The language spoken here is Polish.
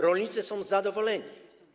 Rolnicy są zadowoleni.